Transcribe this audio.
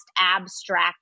abstract